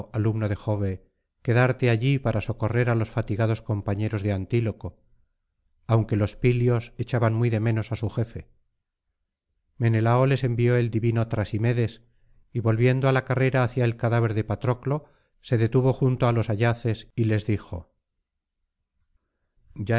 alumno de jove quedarte allí para socorrer á los fatigados compañeros de antíloco aunque los pillos echaban muy de menos á su jefe menelao les envió el divino trasimedes y volviendo á la carrera hacia el cadáver de patroclo se detuvo junto á los ayaces y les dijo